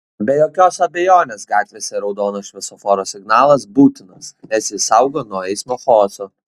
be jokios abejonės gatvėse raudonas šviesoforo signalas būtinas nes jis saugo nuo eismo chaoso